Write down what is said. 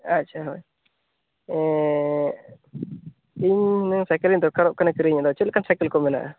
ᱟᱪᱪᱷᱟ ᱦᱮᱸ ᱤᱧ ᱦᱩᱱᱟᱹᱝ ᱥᱟᱭᱠᱮᱞᱤᱧ ᱫᱚᱨᱠᱟᱨᱚᱜ ᱠᱟᱱᱟ ᱠᱤᱨᱤᱧ ᱪᱮᱫ ᱞᱮᱠᱟᱱ ᱥᱟᱭᱠᱮᱞ ᱠᱚ ᱢᱮᱱᱟᱜᱼᱟ